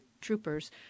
troopers